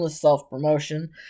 self-promotion